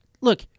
look